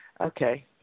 Okay